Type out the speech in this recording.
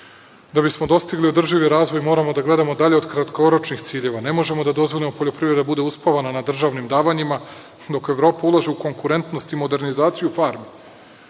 Da bismo dostigli održivi razvoj, moramo da gledamo dalje od kratkoročnih ciljeva. Ne možemo da dozvolimo da poljoprivreda bude uspavana na državnim davanjima, dok Evropa ulaže u konkurentnost i modernizaciju